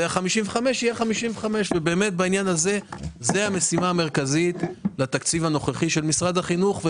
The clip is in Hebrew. וה-55% יהיה 55%. זאת המשימה המרכזית בתקציב הנוכחי של משרד החינוך.